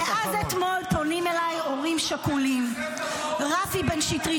-- מאז אתמול פונים אליי הורים שכולים: רפי בן שטרית,